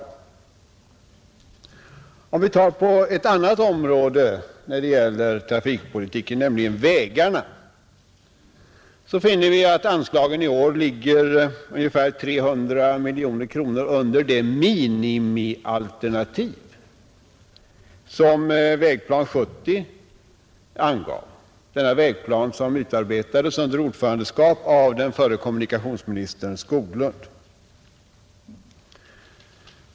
Om vi tar ett annat område när det gäller trafikpolitiken, nämligen vägarna, finner vi att anslagen i år ligger ungefär 300 miljoner kronor under det minimialternativ som Vägplan 70 angav, denna vägplan som utarbetades under ordförandeskap av förre kommunikationsministern Skoglund.